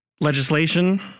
legislation